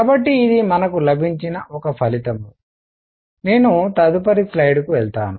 కాబట్టి ఇది మనకు లభించిన ఒక ఫలితం నేను తదుపరి స్లైడ్కి వెళ్తాను